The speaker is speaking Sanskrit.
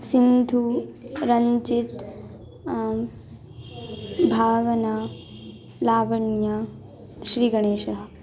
सिन्धुः रञ्जितः भावना लावण्या श्रीगणेशः